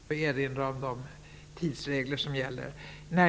Jag får erinra om de tidsregler som gäller.